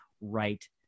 Right